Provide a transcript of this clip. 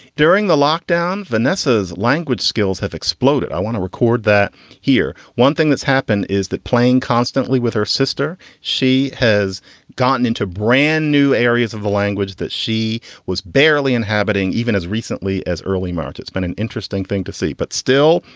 during the lockdown, vanessa's language skills have exploded. i want to record that here. one thing that's happened is that playing constantly with her sister. she has gotten into brand new areas of the language that she was barely inhabiting even as recently as early march. it's been an interesting thing to see. but still,